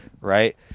right